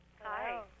Hi